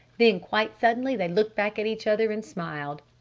then quite suddenly they looked back at each other and smiled.